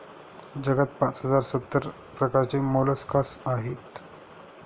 जगात पाच हजार सत्तर प्रकारचे मोलस्कास आहेत